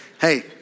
Hey